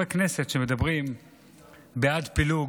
חברי כנסת, שמדברים בעד פילוג,